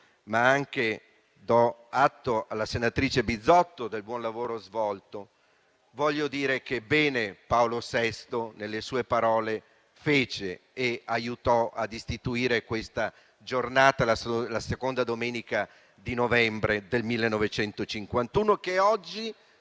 anche alla senatrice Bizzotto del buon lavoro svolto. Voglio dire che bene fece Paolo VI, con le sue parole, quando aiutò a istituire questa giornata nella seconda domenica di novembre del 1951, che oggi